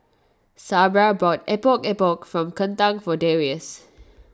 Sabra bought Epok Epok Kentang for Darrius